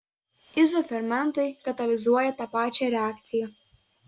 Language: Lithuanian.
izofermentai katalizuoja tą pačią reakciją